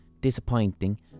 disappointing